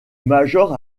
major